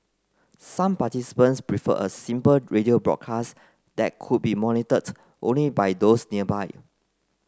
some participants preferred a simple radio broadcast that could be monitored only by those nearby